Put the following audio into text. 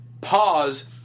pause